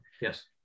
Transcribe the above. Yes